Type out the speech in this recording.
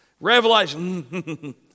Revelation